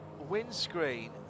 windscreen